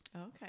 Okay